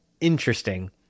interesting